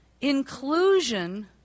Inclusion